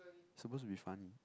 supposed to be funny